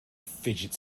fidget